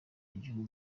gihugu